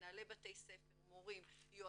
מנהלי בתי ספר, מורים, יועצים,